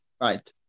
Right